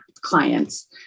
clients